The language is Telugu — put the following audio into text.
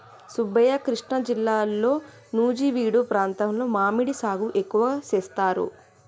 సుబ్బయ్య కృష్ణా జిల్లాలో నుజివీడు ప్రాంతంలో మామిడి సాగు ఎక్కువగా సేస్తారు